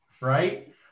right